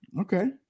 okay